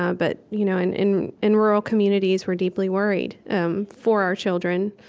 ah but you know and in in rural communities, we're deeply worried um for our children.